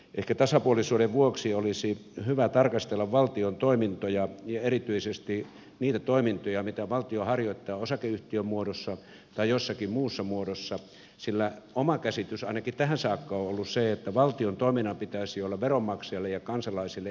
ehkä tasapuolisuuden vuoksi olisi hyvä tarkastella valtion toimintoja ja erityisesti niitä toimintoja mitä valtio harjoittaa osakeyhtiömuodossa tai jossakin muussa muodossa sillä oma käsitykseni ainakin tähän saakka on ollut se että valtion toiminnan pitäisi olla veronmaksajille ja kansalaisille esimerkillistä